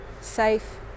safe